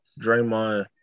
Draymond